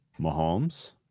Mahomes